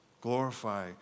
Glorify